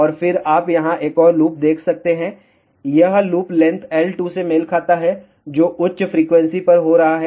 और फिर आप यहां एक और लूप देख सकते हैं यह लूप लेंथ L2 से मेल खाता है जो उच्च फ्रीक्वेंसी पर हो रहा है